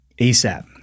ASAP